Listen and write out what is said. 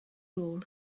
rôl